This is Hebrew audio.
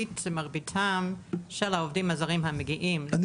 מרביתם של העובדים הזרים המגיעים --- אני